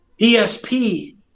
ESP